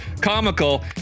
comical